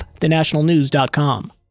thenationalnews.com